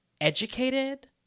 educated